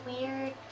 weird